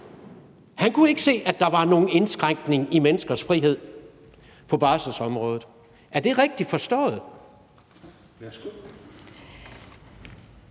Han kunne ikke se, at der var nogen indskrænkning i menneskers frihed ved det på barselsområdet. Er det rigtigt forstået?